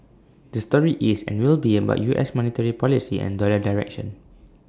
the story is and will be about U S monetary policy and dollar direction